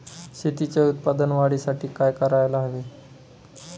शेतीच्या उत्पादन वाढीसाठी काय करायला हवे?